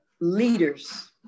leaders